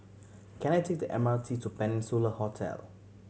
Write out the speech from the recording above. can I take the M R T to Peninsula Hotel